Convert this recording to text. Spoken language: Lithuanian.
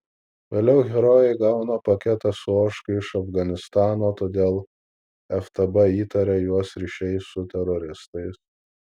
vėliau herojai gauna paketą su ožka iš afganistano todėl ftb įtaria juos ryšiais su teroristais